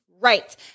right